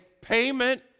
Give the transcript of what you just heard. payment